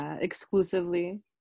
exclusively